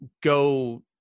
go